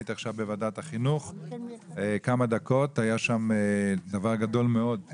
הייתי עכשיו לכמה דקות בוועדת החינוך והיה שם דבר גדול מאוד,